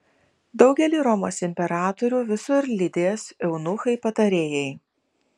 daugelį romos imperatorių visur lydės eunuchai patarėjai